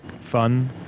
fun